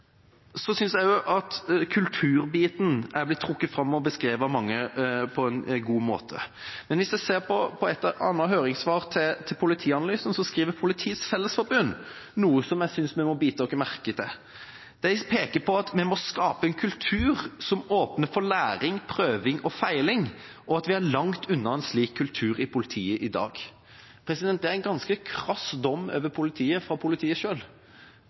Så synes jeg at kulturbiten er blitt trukket fram og beskrevet av mange på en god måte. Hvis man ser på et høringssvar til politianalysen, skriver Politiets Fellesforbund noe som jeg synes vi må bite oss merke i. De peker på at vi må skape en kultur som åpner for læring, prøving og feiling, og at vi er langt unna en slik kultur i politiet i dag. Det er en ganske krass dom over politiet fra politiet